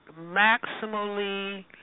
maximally